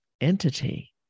entity